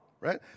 right